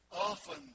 often